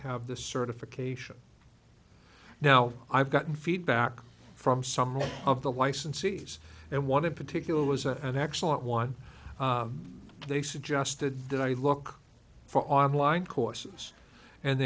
have the certification now i've gotten feedback from some of the licensees and one in particular was an excellent one they suggested that i look for online courses and